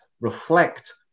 reflect